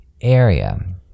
area